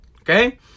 okay